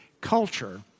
culture